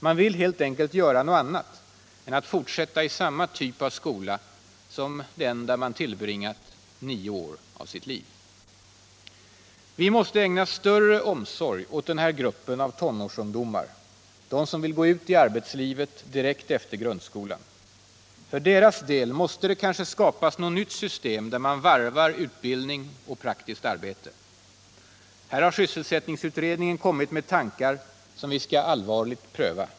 Man vill helt enkelt göra något annat än att fortsätta i samma typ av skola som den där man tillbringat nio år av sitt liv. Vi måste ägna större omsorg åt den här gruppen av tonårsungdomar, de som vill gå ut i arbetslivet direkt efter grundskolan. För deras del måste det kanske skapas något nytt system, där man varvar utbildning och praktiskt arbete. Här har sysselsättningsutredningen kommit med tankar som vi skall allvarligt pröva.